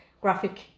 Graphic